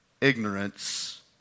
ignorance